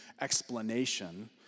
explanation